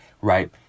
right